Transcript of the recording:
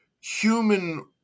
human